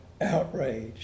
outraged